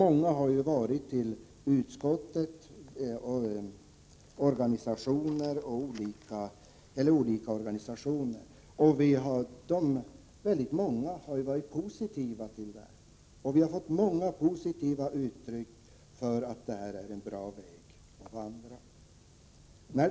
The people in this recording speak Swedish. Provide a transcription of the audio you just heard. Många från olika organisationer som varit till utskottet har varit positiva. Vi har fått många positiva uttryck för att detta är en bra väg att gå.